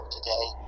today